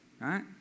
right